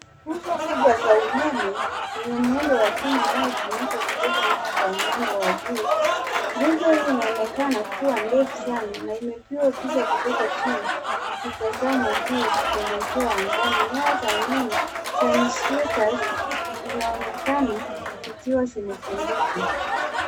Nguzo kubwa za umeme zenye muundo wa chuma inayotumika kubeba nyaya za umeme wa juu. Nguzo hii inaonekana kuwa ndefu sana na imepigwa picha kutoka chini ikitazamwa juu kuelekea angani. Nyaya za umeme za insulators zinaonekana zikiwa zimetundikwa.